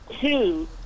two